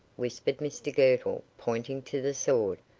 whispered mr girtle, pointing to the sword.